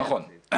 נכון.